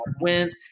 wins